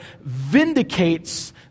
vindicates